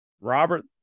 Robert